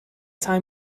time